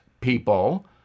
people